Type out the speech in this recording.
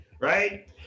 right